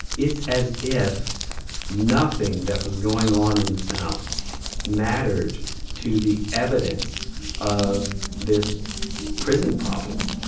it's as if nothing that was going on in the south mattered to the evidence of this prison problem